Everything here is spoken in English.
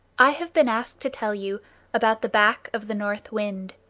i have been asked to tell you about the back of the north wind.